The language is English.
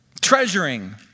Treasuring